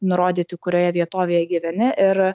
nurodyti kurioje vietovėje gyveni ir